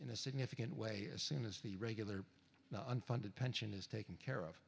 in a significant way as soon as the regular unfunded pension is taken care of